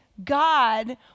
God